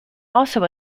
also